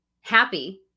happy